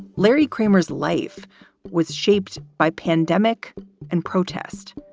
larry kramer's life was shaped by pandemic and protest,